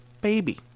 Baby